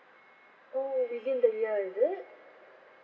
oh within the year is it